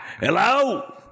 Hello